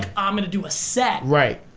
i'm gonna do a set. right,